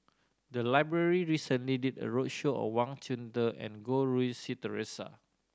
the library recently did a roadshow on Wang Chunde and Goh Rui Si Theresa